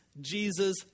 Jesus